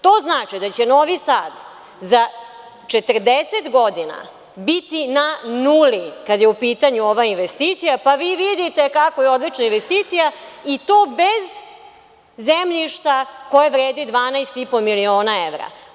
To znači da će Novi Sad za 40 godina biti na nuli kada je u pitanju ova investicija, pa vi vidite kako je odlična investicija, i to bez zemljišta koje vredi 12,5 miliona evra.